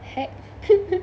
hack